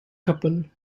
couple